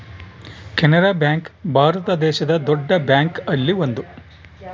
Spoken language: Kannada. ಕೆನರಾ ಬ್ಯಾಂಕ್ ಭಾರತ ದೇಶದ್ ದೊಡ್ಡ ಬ್ಯಾಂಕ್ ಅಲ್ಲಿ ಒಂದು